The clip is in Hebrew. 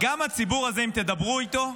גם הציבור הזה, אם תדברו איתו,